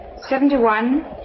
seventy-one